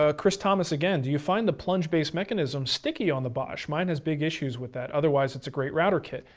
ah chris thomas again, do you find the plunge base mechanism sticky on the bosch? mine has big issues with that, otherwise it's a great router kit.